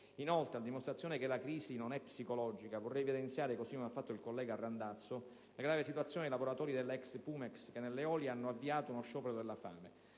Inoltre, a dimostrazione che la crisi non è psicologica, vorrei evidenziare, così come ha fatto il collega Randazzo, la grave situazione dei lavoratori della ex Pumex che nelle isole Eolie hanno avviato uno sciopero della fame,